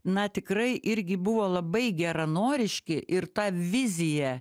na tikrai irgi buvo labai geranoriški ir tą viziją